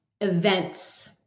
events